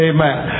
Amen